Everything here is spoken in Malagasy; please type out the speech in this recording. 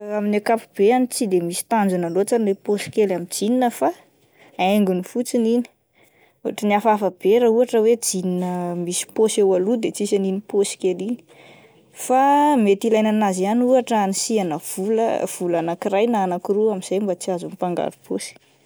Amin'ny akapobeany tsy de misy tanjona loatra ilay paosy kely amin'ny jeans fa haingony fotsiny iny, ohatrin'ny hafahafa be raha ohatra hoe jeans misy paosy eo aloha dia tsis an'iny paosy kely iny, fa mety ilaina an'azy ihany ohatra anisihana vola, vola anakiray na roa amin'izay mba tsy azony mpangaro-paosy.